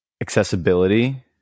accessibility